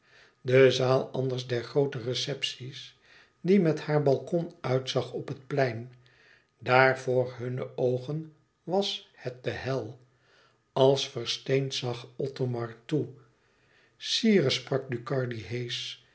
de zaal anders der groote receptie's die met haar balkon uitzag op het plein daar vr hunne oogen was het de hel als versteend zag othomar toe sire sprak ducardi